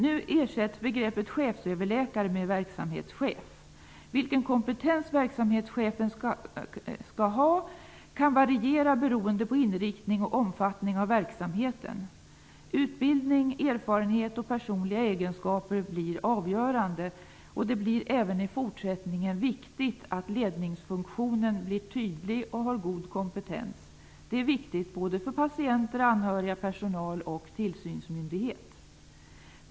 Nu ersätts begreppet chefsöverläkare med verksamhetschef. Vilken kompetens verksamhetschefen skall ha kan variera beroende på inriktning och omfattning av verksamheten. Utbildning, erfarenhet och personliga egenskaper blir avgörande. Det blir även i fortsättningen viktigt att ledningsfunktionen är tydlig och har god kompetens. Det är viktigt både för patienter, anhöriga, personal och tillsynsmyndighet.